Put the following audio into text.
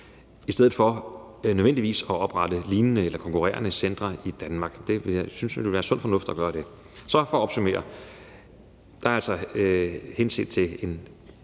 i stedet for nødvendigvis at oprette lignende eller konkurrerende centre i Danmark. Det synes jeg ville være sund fornuft. Så for at opsummere: Der er ikke angivet